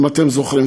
אם אתם זוכרים,